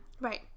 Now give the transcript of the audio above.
right